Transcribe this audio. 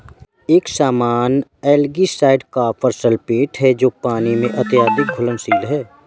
एक सामान्य algicide copper sulphate है जो पानी में अत्यधिक घुलनशील है